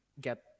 get